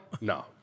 No